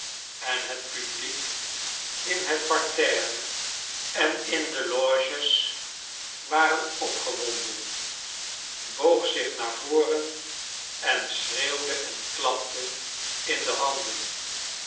en het publiek in het parterre en in de loges was opgewonden boog zich naar voren en schreeuwde en klapte in de handen